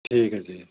ਠੀਕ ਹੈ ਜੀ